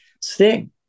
Sting